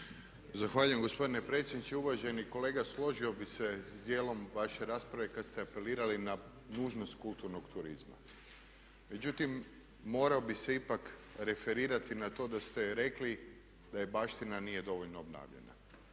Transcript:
Zahvaljujem gospodine predsjedniče. Uvaženi kolega, složio bih se sa dijelom vaše rasprave kad ste apelirali na nužnost kulturnog turizma. Međutim, morao bih se ipak referirati na to da ste rekli da baština nije dovoljno obnavljana.